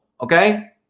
okay